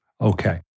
Okay